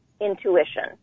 intuition